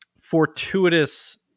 fortuitous